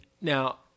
Now